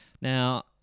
Now